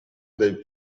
dei